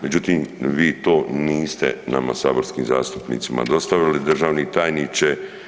Međutim, vi to niste nama saborskim zastupnicima dostavili državni tajniče.